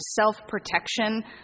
self-protection